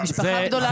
לא,